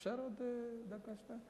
אפשר עוד דקה, שתיים?